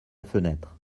fenêtre